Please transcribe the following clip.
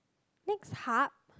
next hub